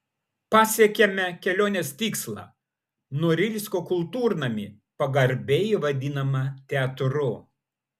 pasiekėme kelionės tikslą norilsko kultūrnamį pagarbiai vadinamą teatru